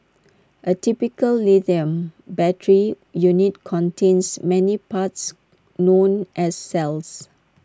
A typical lithium battery unit contains many parts known as cells